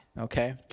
okay